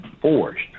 forced